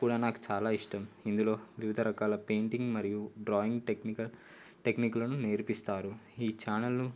కూడా నాకు చాలా ఇష్టం ఇందులో వివిధ రకాల పెయింటింగ్ మరియు డ్రాయింగ్ టెక్నికల్ టెక్నిక్లను నేర్పిస్తారు ఈ ఛానళ్ళు